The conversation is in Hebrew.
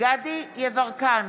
אינו נוכח מאיר יצחק הלוי,